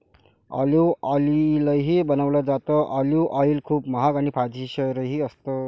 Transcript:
olive ऑईलही बनवलं जातं, ऑलिव्ह ऑईल खूप महाग आणि फायदेशीरही असतं